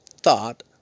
thought